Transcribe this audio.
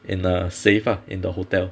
in a safe ah in the hotel